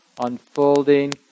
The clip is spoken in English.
unfolding